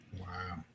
Wow